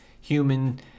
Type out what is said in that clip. human